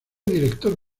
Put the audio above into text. director